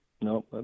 No